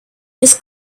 his